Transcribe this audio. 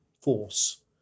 force